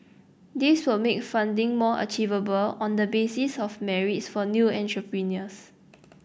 this will make funding more achievable on the basis of merit for new entrepreneurs